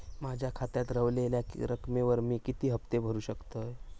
माझ्या खात्यात रव्हलेल्या रकमेवर मी किती हफ्ते भरू शकतय?